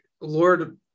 Lord